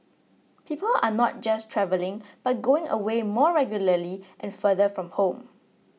people are not just travelling but going away more regularly and farther from home